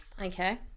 Okay